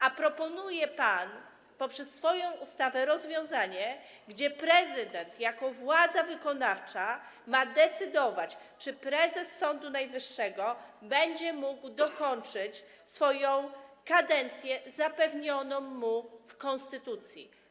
A proponuje pan, poprzez swoją ustawę, rozwiązanie, zgodnie z którym prezydent jako władza wykonawcza ma decydować, czy prezes Sądu Najwyższego będzie mógł dokończyć swoją kadencję zapewnioną mu w konstytucji.